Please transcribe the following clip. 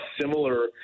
similar